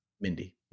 Mindy